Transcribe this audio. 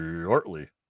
shortly